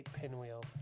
pinwheels